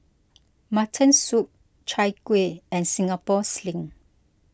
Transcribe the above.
Mutton Soup Chai Kueh and Singapore Sling